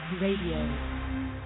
Radio